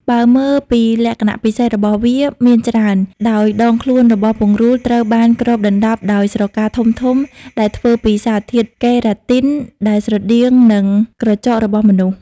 បើមើលពីលក្ខណៈពិសេសរបស់វាមានច្រើន ដោយដងខ្លួនរបស់ពង្រូលត្រូវបានគ្របដណ្ដប់ដោយស្រកាធំៗដែលធ្វើពីសារធាតុកេរ៉ាទីន ដែលស្រដៀងនឹងក្រចករបស់មនុស្ស។